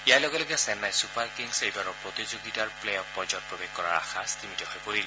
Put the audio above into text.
ইয়াৰ লগে লগে Chennai super kings এইবাৰৰ প্ৰতিযোগিতাত প্লে অফ পৰ্যায়ত প্ৰৱেশ কৰাৰ আশা স্তিমিত হৈ পৰিল